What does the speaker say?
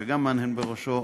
שגם הוא מהנהן בראשו.